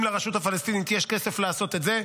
אם לרשות הפלסטינית יש כסף לעשות את זה,